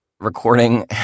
recording